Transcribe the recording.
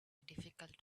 difficult